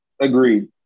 Agreed